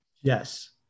Yes